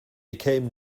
became